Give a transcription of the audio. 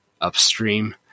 upstream